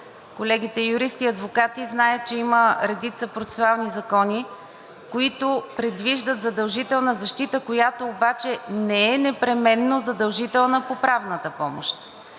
Колегите юристи и адвокати знаят, че има редица процесуални закони, които предвиждат задължителна защита, която обаче не е непременно задължителна по правната помощ.